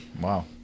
Wow